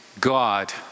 God